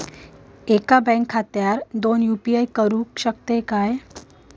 एका बँक खात्यावर दोन यू.पी.आय करुक शकतय काय?